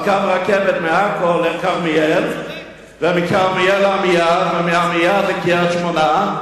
קו רכבת מעכו לכרמיאל ומכרמיאל לעמיעד ומעמיעד לקריית-שמונה,